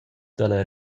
dalla